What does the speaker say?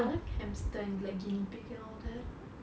I like hamster and like guinea pig and all that